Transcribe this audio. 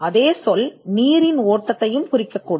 மின்னோட்டமானது நீரின் ஓட்டத்தையும் குறிக்கும்